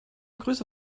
grüße